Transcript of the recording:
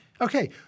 Okay